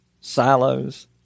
silos